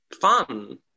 fun